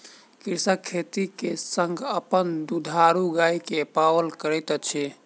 कृषक खेती के संग अपन दुधारू गाय के पालन करैत अछि